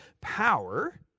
power